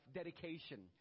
dedication